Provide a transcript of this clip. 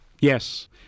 Yes